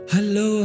Hello